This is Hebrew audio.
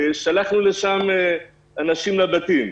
שלחנו לשם אנשים לבתים.